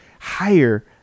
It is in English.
higher